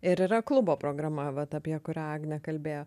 ir yra klubo programa vat apie kurią agnė kalbėjo